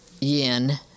yin